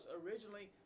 originally